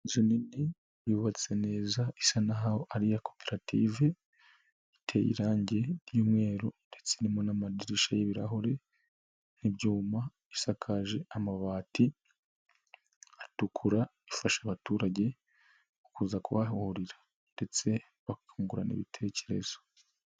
Inzu nini yubatse neza isa n'aho ari iya koperative iteye irangi ry'umweru ndetse irimo n'amadirishya y'ibirahuri n'ibyuma, isakaje amabati atukura, ifasha abaturage kuza kubahahurira ndetse bakungurana ibitekerezo.